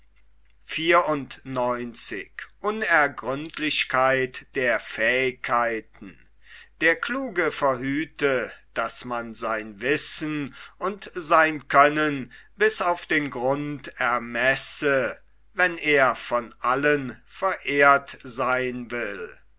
der kluge verhüte daß man sein wissen und sein können bis auf den grund ermesse wenn er von allen verehrt sein will